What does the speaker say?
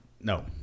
No